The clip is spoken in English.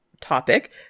topic